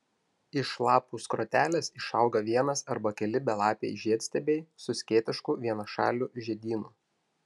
iš lapų skrotelės išauga vienas arba keli belapiai žiedstiebiai su skėtišku vienašaliu žiedynu